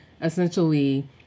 essentially